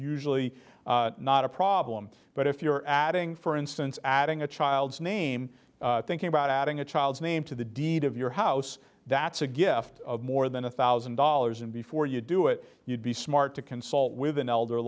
usually not a problem but if you're adding for instance adding a child's name thinking about adding a child's name to the deed of your house that's a gift of more than a thousand dollars and before you do it you'd be smart to consult with an elder